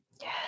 Yes